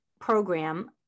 program